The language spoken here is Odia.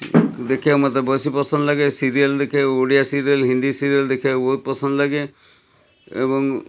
ଦେଖିବାକୁ ମୋତେ ବେଶୀ ପସନ୍ଦ ଲାଗେ ସିରିଏଲ୍ ଦେଖିବାକୁ ଓଡ଼ିଆ ସିରିଏଲ୍ ହିନ୍ଦୀ ସିରିଏଲ୍ ଦେଖିବାକୁ ବହୁତ ପସନ୍ଦ ଲାଗେ ଏବଂ